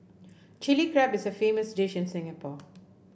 Chilli Crab is famous dish in Singapore